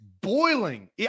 boiling